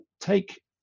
take